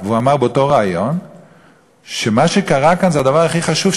הוא אמר באותו ריאיון שמה שקרה כאן זה הדבר הכי חשוב,